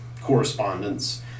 correspondence